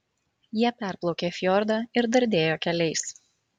jie perplaukė fjordą ir dardėjo keliais